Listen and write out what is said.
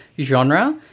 genre